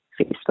Facebook